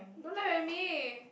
don't laugh at me